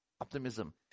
optimism